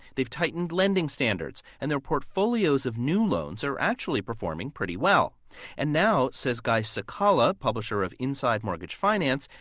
they've tightened lending standards, and their portfolios of new loans are actually performing pretty well and now, says guy so cecala, publisher of inside mortgage finance,